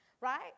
right